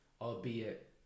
albeit